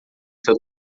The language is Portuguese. seu